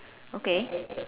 okay